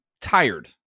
tired